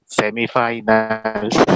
semifinals